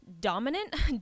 dominant